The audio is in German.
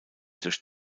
durch